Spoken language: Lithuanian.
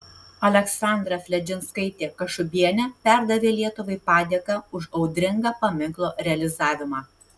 aleksandra fledžinskaitė kašubienė perdavė lietuvai padėką už audringą paminklo realizavimą